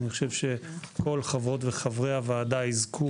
אני חושב שכל חברות וחברי הוועדה יזכו